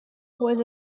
was